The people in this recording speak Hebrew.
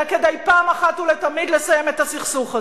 אלא כדי פעם אחת ולתמיד לסיים את הסכסוך הזה.